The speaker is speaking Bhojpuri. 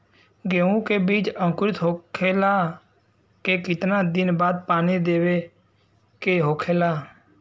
गेहूँ के बिज अंकुरित होखेला के कितना दिन बाद पानी देवे के होखेला?